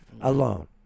alone